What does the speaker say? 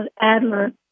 Adler